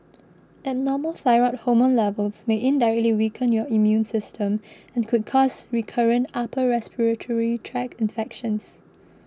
abnormal thyroid hormone levels may indirectly weaken your immune system and could cause recurrent upper respiratory tract infections